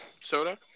soda